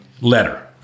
letter